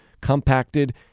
compacted